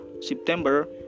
September